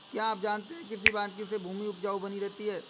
क्या आप जानते है कृषि वानिकी से भूमि उपजाऊ बनी रहती है?